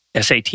SAT